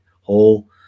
whole